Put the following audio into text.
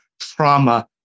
trauma